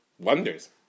Wonders